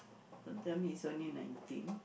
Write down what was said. don't tell me it's only nineteen